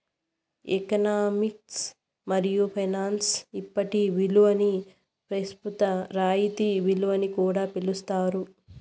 economics మరియు finance ఇప్పటి ఇలువని పెస్తుత రాయితీ ఇలువని కూడా పిలిస్తారు